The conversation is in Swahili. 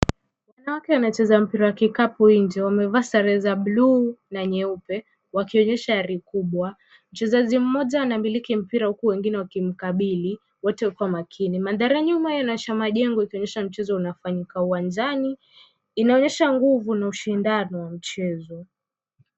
Wanawake wanacheza mpira wa kikapu nje. Wamevaa sare za bluu na nyeupe, wakionyesha ari kubwa. Mchezaji mmoja anamiliki mpira huku wengine wakimkabili, wote wakiwa makini. Mandhari ya nyuma yaonyesha majengo ikionyesha mchezo unafanyika uwanjani. Inaonyesha nguvu na ushindano wa mchezo.